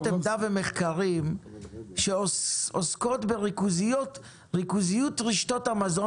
עמדה ומחקרים שעוסקים בריכוזיות רשתות המזון